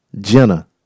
Jenna